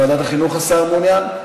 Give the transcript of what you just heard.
ועדת החינוך השר מעוניין?